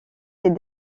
ces